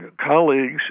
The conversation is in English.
colleagues